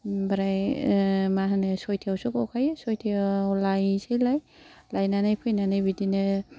ओमफ्राय मा होनो सयथायावसो गखायो सयथायाव लायसैलाय लायनानै फैनानै बिदिनो